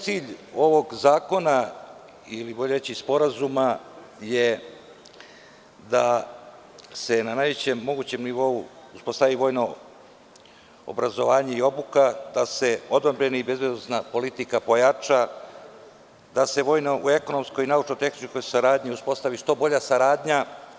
Cilj ovog zakona ili sporazuma je da se na najvišem mogućem nivou postavi vojno obrazovanje i obuka, da se odbrambena i bezbednosna politika pojača, da se u vojnoekonomskoj i naučno-tehničkoj saradnji uspostavi što bolja saradnja.